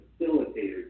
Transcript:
facilitators